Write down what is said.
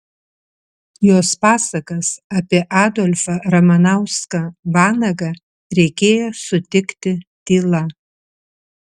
jos pasakas apie adolfą ramanauską vanagą reikėjo sutikti tyla